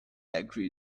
agree